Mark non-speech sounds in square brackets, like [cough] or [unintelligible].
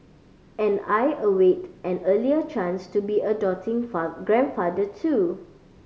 and I await an earlier chance to be a doting [unintelligible] grandfather too